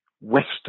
Western